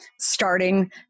starting